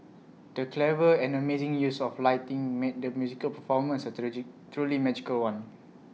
the clever and amazing use of lighting made the musical performance A truly magical one